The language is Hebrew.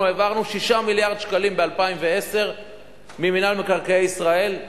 אנחנו העברנו 6 מיליארד שקלים ב-2010 ממינהל מקרקעי ישראל,